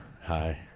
Hi